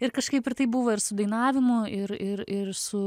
ir kažkaip ir taip buvo ir su dainavimu ir ir ir su